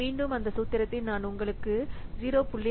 மீண்டும் அந்த சூத்திரத்தை நான் உங்களுக்கு 0